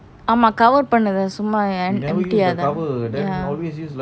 ஆமா:ama cover பணத்தை சும்மா:panatha summa empty eh